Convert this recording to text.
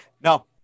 No